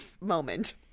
moment